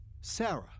Sarah